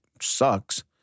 Sucks